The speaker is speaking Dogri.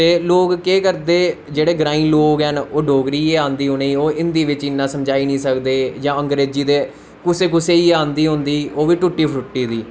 ते लोग केह् करदे जेह्ड़े ग्राईं लोग न डोगरी गै आंदी ओह् हिन्दी बिच्च इन्ना समझाई नी सकदे जां अंग्रेजी दे कुसे कुसे गी गै आंदी होंदी ओह् बी टुट्टी फुट्टी दी